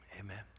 Amen